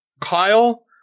Kyle